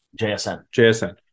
JSN